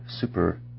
super